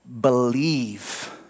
believe